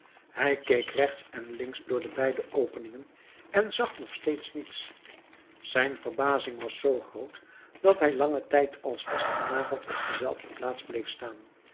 hij keek rechts en links door de beide openingen en zag nog steeds niets zijn verbazing was zoo groot dat hij langen tijd als vastgenageld op dezelfde plaats bleef staan